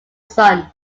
sun